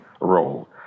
role